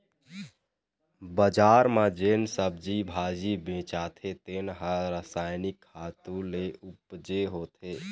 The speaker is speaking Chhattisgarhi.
बजार म जेन सब्जी भाजी बेचाथे तेन ह रसायनिक खातू ले उपजे होथे